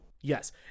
Yes